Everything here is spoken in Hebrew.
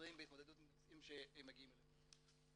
עוזרים בהתמודדות עם נושאים שמגיעים אלינו.